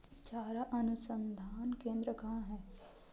चारा अनुसंधान केंद्र कहाँ है?